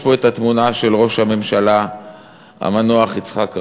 יש פה התמונה של ראש הממשלה המנוח יצחק רבין.